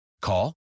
Call